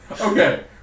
Okay